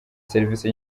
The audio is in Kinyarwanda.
serivisi